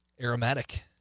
Aromatic